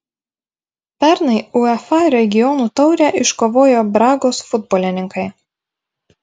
pernai uefa regionų taurę iškovojo bragos futbolininkai